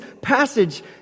passage